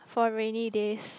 for rainy days